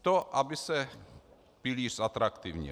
To, aby se pilíř zatraktivnil.